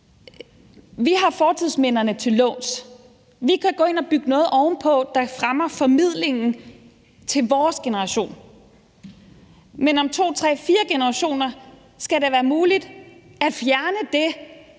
vi har fortidsminderne til låns. Vi kan gå ind og bygge noget ovenpå, der fremmer formidlingen til vores generation, men om to, tre, fire generationer skal det være muligt at fjerne det,